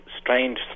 strange